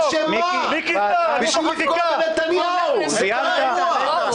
מיקי זוהר העלה את הצעת החוק.